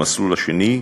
המסלול השני,